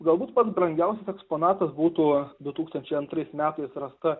galbūt pats brangiausias eksponatas būtų du tūkstančiai antrais metais rasta